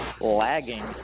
lagging